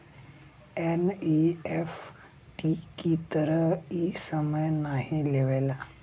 NEFT की तरह इ समय नाहीं लेवला